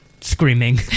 screaming